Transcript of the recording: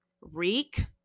Reek